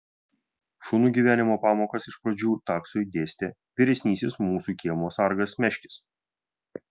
šunų gyvenimo pamokas iš pradžių taksiui dėstė vyresnysis mūsų kiemo sargas meškis